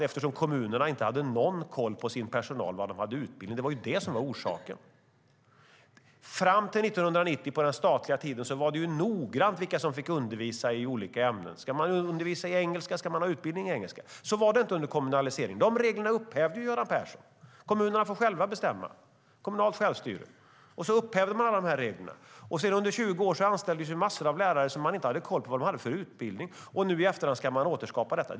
Det var ju det som var orsaken. Fram till 1990, när staten styrde över skolan, var det noga med vilka som fick undervisa i olika ämnen. Skulle man undervisa i engelska skulle man ha utbildning i engelska. Så var det inte efter kommunaliseringen. De reglerna upphävde Göran Persson. Sedan fick kommunerna själva bestämma - kommunalt självstyre. Under 20 års tid anställdes massor av lärare utan att man hade koll på vad de hade för utbildning. Nu i efterhand ska man återskapa detta.